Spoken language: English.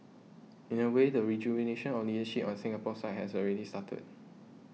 in a way the rejuvenation of leadership on Singapore side has already started